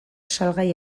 salgai